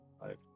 five